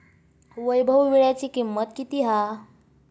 वैभव वीळ्याची किंमत किती हा?